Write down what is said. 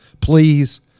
Please